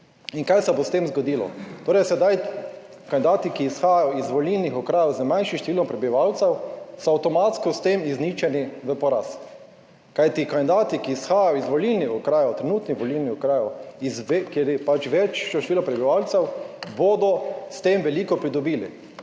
In kaj se bo s tem zgodilo? Torej sedaj kandidati, ki izhajajo iz volilnih okrajev z manjšim številom prebivalcev so avtomatsko s tem izničeni v poraz, kajti kandidati, ki izhajajo iz volilnih okrajev, trenutnih volilnih okrajev, kjer je pač večje število prebivalcev, bodo s tem veliko pridobili